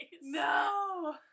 No